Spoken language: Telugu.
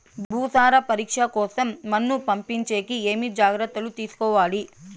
భూసార పరీక్ష కోసం మన్ను పంపించేకి ఏమి జాగ్రత్తలు తీసుకోవాలి?